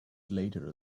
later